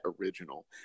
original